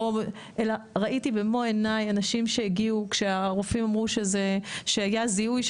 אלא ראיתי במו עיניי אנשים שהגיעו לאחר שהיה זיהוי,